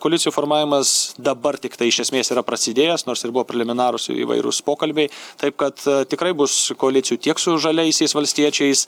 koalicijų formavimas dabar tiktai iš esmės yra prasidėjęs nors ir buvo preliminarūs įvairūs pokalbiai taip kad tikrai bus koalicijų tiek su žaliaisiais valstiečiais